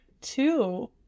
Two